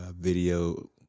video